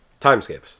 Timescapes